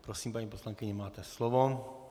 Prosím, paní poslankyně, máte slovo.